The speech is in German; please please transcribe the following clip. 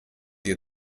ihr